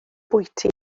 bwyty